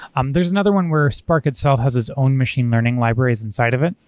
um there's another one where spark itself has its own machine learning libraries inside of it.